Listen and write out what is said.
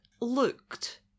looked